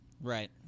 Right